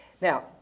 Now